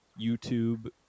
YouTube